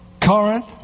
Corinth